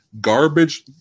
garbage